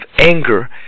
anger